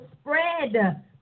spread